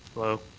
hello.